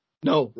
No